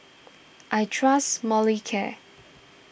I trust Molicare